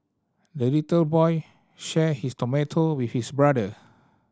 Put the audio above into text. the little boy shared his tomato with his brother